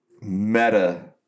meta